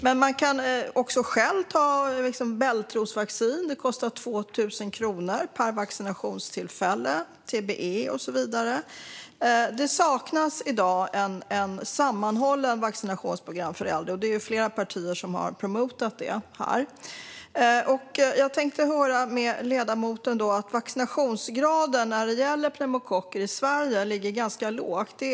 Man kan också själv ta vaccin mot bältros - det kostar 2 000 kronor per vaccinationstillfälle - och mot TBE och så vidare. Men det saknas i dag ett sammanhållet vaccinationsprogram för äldre. Det är flera partier som har promotat det här. Jag tänkte höra med ledamoten om det. Vaccinationsgraden när det gäller pneumokocker ligger ganska lågt i Sverige.